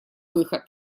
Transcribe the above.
выход